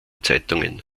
zeitungen